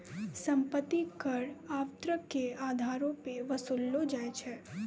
सम्पति कर आवर्तक के अधारो पे वसूललो जाय छै